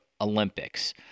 Olympics